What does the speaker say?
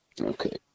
Okay